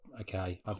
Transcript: Okay